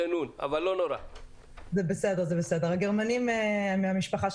אני המנכ"לית